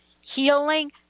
healing